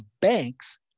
banks